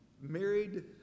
married